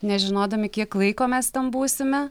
nežinodami kiek laiko mes ten būsime